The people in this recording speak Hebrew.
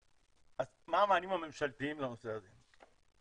מה המענים הממשלתיים לנושא הזה?